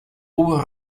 hubo